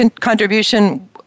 contribution